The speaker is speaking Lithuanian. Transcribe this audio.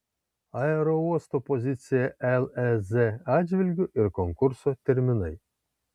aerouosto pozicija lez atžvilgiu ir konkurso terminai